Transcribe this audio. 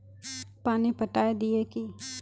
पानी पटाय दिये की?